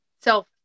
self